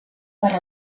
para